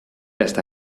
hasta